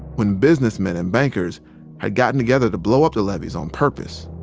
when businessmen and bankers had gotten together to blow up the levees on purpose.